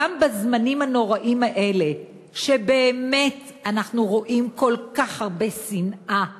גם בזמנים הנוראיים האלה שבאמת אנחנו רואים כל כך הרבה שנאה והרג,